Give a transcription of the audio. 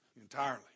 entirely